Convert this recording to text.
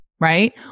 Right